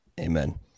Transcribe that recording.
Amen